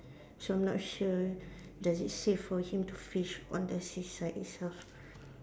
so I'm not sure does it safe for him to fish on the seaside itself